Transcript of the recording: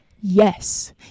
yes